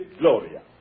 Gloria